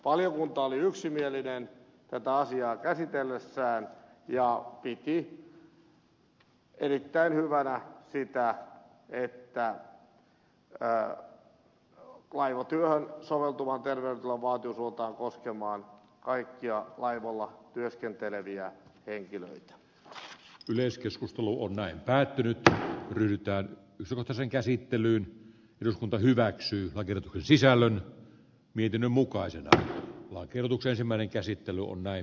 valiokunta oli yksimielinen tätä asiaa käsitellessään ja piti erittäin hyvänä sitä että laivatyöhön soveltuvan terveydentilan vaatimus ulotetaan koskemaan kaikkia laivoilla työskenteleviä henkilöitä yleiskeskusteluun päätynyttä yrittää tuhota sen käsittelyyn eduskunta hyväksyy uuden sisällön mietinnön mukaisena vaatinut uusi ensimmäinen käsitteluun ei